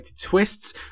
twists